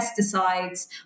pesticides